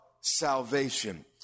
salvation